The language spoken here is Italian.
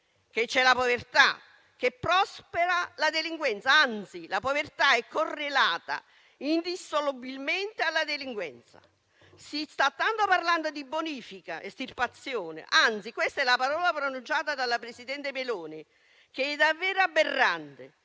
che c’è la povertà e che prospera la delinquenza; anzi, la povertà è correlata indissolubilmente alla delinquenza. Si sta tanto parlando di bonifica e di estirpazione: queste sono le parole pronunciate dalla presidente Meloni, che sono davvero aberranti,